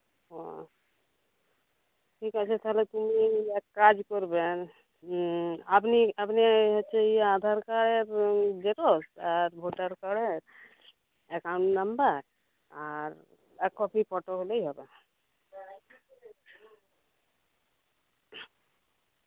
ও ঠিক আছে তাহলে তুমি এক কাজ করবেন আপনি আপনি হচ্ছে ইয়ে আধার কার্ড এবং জেরক্স আর ভোটার কার্ডের অ্যাকাউন্ট নম্বর আর এক কপি ফটো হলেই হবে